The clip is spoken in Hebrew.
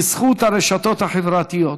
בזכות הרשתות החברתיות,